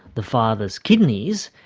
the father's kidneys,